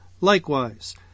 likewise